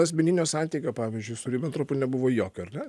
asmeninio santykio pavyzdžiui su ribentropu nebuvo jokio ar ne